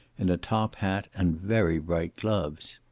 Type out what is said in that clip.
in a top hat and very bright gloves.